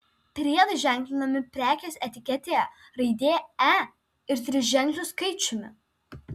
priedai ženklinami prekės etiketėje raidė e ir triženkliu skaičiumi